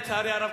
לצערי הרב,